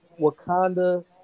Wakanda